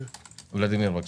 בבקשה.